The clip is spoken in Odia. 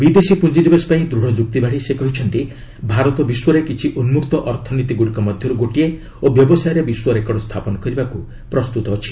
ବିଦେଶୀ ପୁଞ୍ଜି ନିବେଶ ପାଇଁ ଦୃଢ଼ ଯୁକ୍ତି ବାଢ଼ି ସେ କହିଛନ୍ତି ଭାରତ ବିଶ୍ୱର କିଛି ଉନ୍କକ୍ତ ଅର୍ଥନୀତିଗୁଡ଼ିକ ମଧ୍ୟରୁ ଗୋଟିଏ ଓ ବ୍ୟବସାୟରେ ବିଶ୍ୱ ରେକର୍ଡ ସ୍ଥାପନ କରିବାକୁ ପ୍ରସ୍ତୁତ ଅଛି